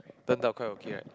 turned out quite okay right